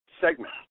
segment